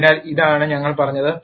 അതിനാൽ ഇതാണ് ഞങ്ങൾ പറഞ്ഞത്